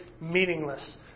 meaningless